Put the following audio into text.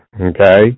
Okay